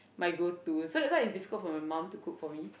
my go to so that's why it's difficult for my mum to cook for me